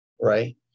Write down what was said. right